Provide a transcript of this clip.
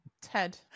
Ted